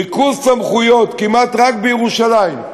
ריכוז סמכויות כמעט רק בירושלים,